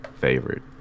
favorite